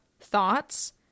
thoughts